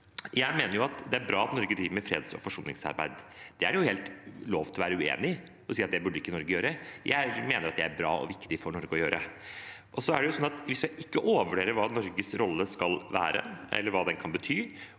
Jeg mener det er bra at Norge driver med freds- og forsoningsarbeid. Det er det helt lov til å være uenig i og si at det burde ikke Norge gjøre. Jeg mener at det er bra og viktig for Norge å gjøre. Så skal vi ikke overvurdere hva Norges rolle skal være, eller hva den kan bety.